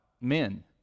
men